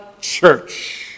church